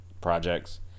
projects